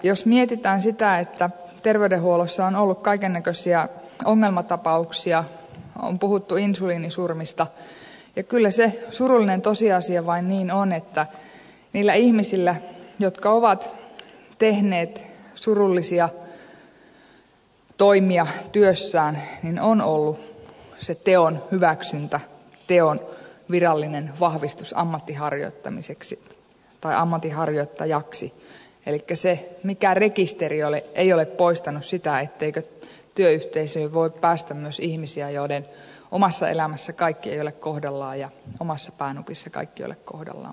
jos mietitään sitä että terveydenhuollossa on ollut kaikennäköisiä ongelmatapauksia on puhuttu insuliinisurmista niin kyllä se surullinen tosiasia vain niin on että niillä ihmisillä jotka ovat tehneet surullisia toimia työssään on ollut teon hyväksyntä teon virallinen vahvistus ammatinharjoittajaksi elikkä mikään rekisteri ei ole poistanut sitä että työyhteisöön voi päästä myös ihmisiä joiden omassa elämässä kaikki ei ole kohdallaan ja omassa päänupissa kaikki ei ole kohdallaan